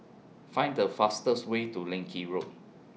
Find The fastest Way to Leng Kee Road